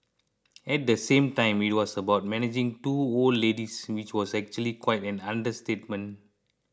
at the same time it was about managing two old ladies which was actually quite an understatement